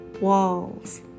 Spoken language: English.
walls